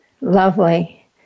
Lovely